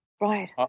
Right